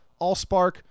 AllSpark